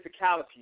physicality